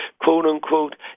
quote-unquote